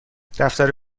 دفتر